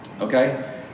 Okay